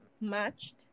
matched